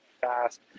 fast